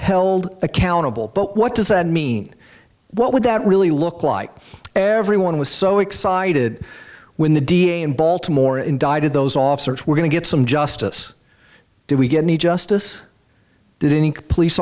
held accountable but what does that mean what would that really look like everyone was so excited when the d a in baltimore indicted those officers were going to get some justice did we get any justice did any police